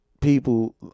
people